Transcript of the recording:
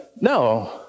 No